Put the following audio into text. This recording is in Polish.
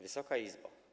Wysoka Izbo!